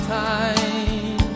time